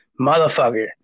motherfucker